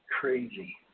Crazy